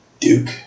Duke